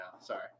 sorry